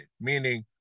meaning